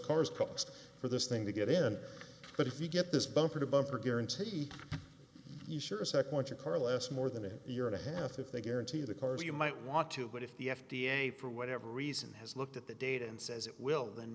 cars cost for this thing to get in but if you get this bumper to bumper guarantee you sure as heck want your car less more than a year and a half if they guarantee the cars you might want to but if the f d a for whatever reason has looked at the data and says it will th